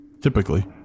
Typically